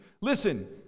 Listen